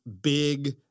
big